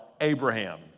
Abraham